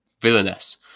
villainess